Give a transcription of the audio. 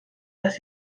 dass